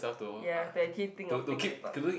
ya to actually think of thing they thought